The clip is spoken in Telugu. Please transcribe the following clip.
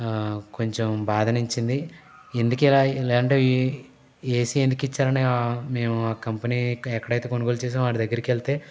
కొంచెం బాధనించింది ఎందుకిలా ఇలాంటివి ఏసీ ఎందుకు ఇచ్చారు అని మేము ఆ కంపెనీ ఎక్కడైతే కొనుగోలు చేసామో వాడి దగ్గరికి వెళ్తే